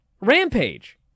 Rampage